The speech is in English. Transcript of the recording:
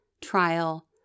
trial